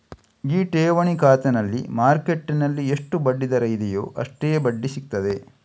ಈ ಠೇವಣಿ ಖಾತೆನಲ್ಲಿ ಮಾರ್ಕೆಟ್ಟಿನಲ್ಲಿ ಎಷ್ಟು ಬಡ್ಡಿ ದರ ಇದೆಯೋ ಅಷ್ಟೇ ಬಡ್ಡಿ ಸಿಗ್ತದೆ